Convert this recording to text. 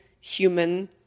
human